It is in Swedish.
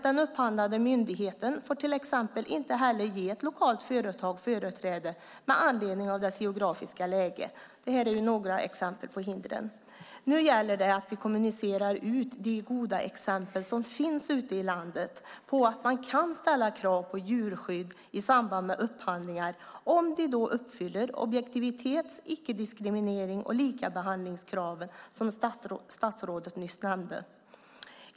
Den upphandlande myndigheten får till exempel inte heller ge ett lokalt företag företräde med anledning av dess geografiska läge. Det här är exempel på hinder. Nu gäller det att vi kommunicerar ut de goda exempel som finns ute i landet på att man kan ställa krav på djurskydd i samband med upphandlingar om man uppfyller de objektivitets-, icke-diskriminerings och likabehandlingskrav som statsrådet nyss nämnde.